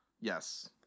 Yes